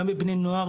גם בבני נוער.